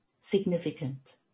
significant